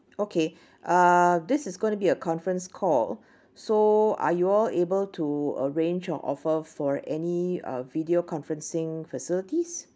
okay uh this is going be a conference call so are you all able to arrange or offer for any uh video conferencing facilities